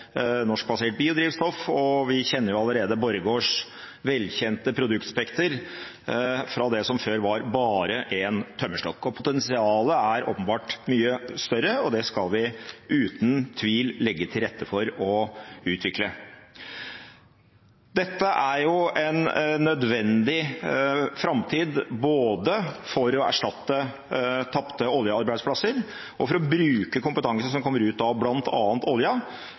norsk biodrivstoff. Vi kjenner allerede Borregaards velkjente produktspekter fra det som før var bare en tømmerstokk. Potensialet er åpenbart mye større, og det skal vi uten tvil legge til rette for å utvikle. Dette er en nødvendig framtid både for å erstatte tapte oljearbeidsplasser og for å bruke kompetanse som kommer ut av